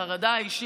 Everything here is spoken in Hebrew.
החרדה האישית,